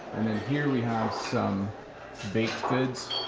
and then here we have some baked goods.